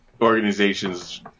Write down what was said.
organization's